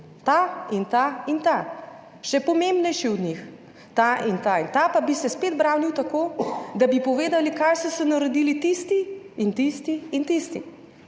ta in ta in ta, še pomembnejši od njih, ta in ta in ta, pa bi se spet branil tako, da bi povedali, kaj vse se naredili tisti in tisti in tisti,